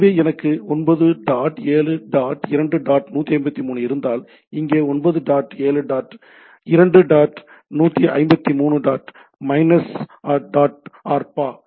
எனவே எனக்கு 9 dot 7 dot 2 dot 153 இருந்தால் இங்கே 9 dot 7 dot 2 dot 153 dot minus addr dot Arba